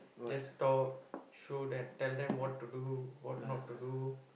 just talk show them tell them what to do what not to do